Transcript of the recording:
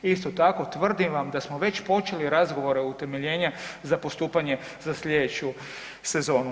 Isto tako tvrdim vam da smo već počeli razgovore utemeljenja za postupanje za slijedeću sezonu.